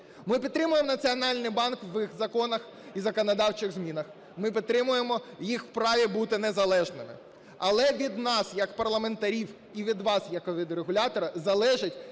Ми підтримуємо Національний банк в їх законах і законодавчих змінах. Ми підтримуємо їх в праві бути незалежними. Але від нас як парламентарів і від вас як регулятора залежить,